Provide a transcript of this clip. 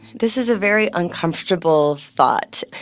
this is a very uncomfortable thought.